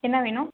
என்ன வேணும்